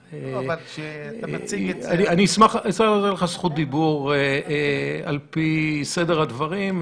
כשאתה מציג את זה --- אשמח לתת לך זכות דיבור על פי סדר הדברים,